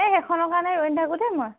এই সেইখনৰ কাৰণে ৰৈ নাথাকোঁ দেই মই